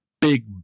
big